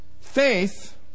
Faith